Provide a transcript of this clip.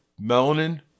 Melanin